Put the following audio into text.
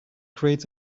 creates